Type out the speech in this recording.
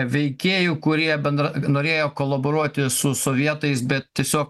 veikėjų kurie bendra norėjo kolaboruoti su sovietais bet tiesio